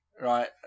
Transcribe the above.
Right